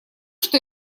что